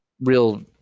real